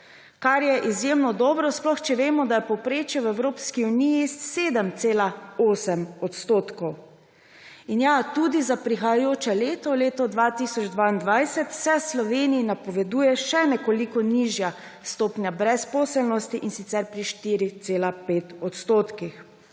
kar je izjemno dobro, sploh če vemo, da je povprečje v Evropski uniji 7,8 %. In ja, tudi za prihajajoče leto, leto 2022, se Sloveniji napoveduje še nekoliko nižja stopnja brezposelnosti, in sicer pri 4,5 %.